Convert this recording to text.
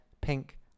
pink